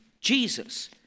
Jesus